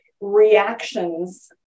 reactions